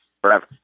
forever